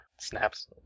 snaps